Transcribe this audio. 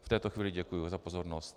V této chvíli děkuji za pozornost.